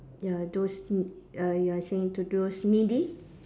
ya those n~ uh you are saying to those needy